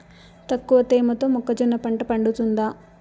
తక్కువ తేమతో మొక్కజొన్న పంట పండుతుందా?